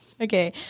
Okay